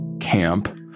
camp